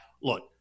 Look